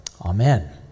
Amen